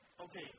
Okay